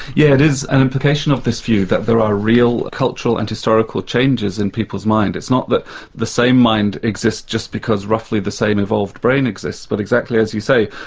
yeah it is an implication of this view that there are real cultural and historical changes in people's mind. it's not that the same mind exists just because roughly the same evolved brain exists, but exactly as you say,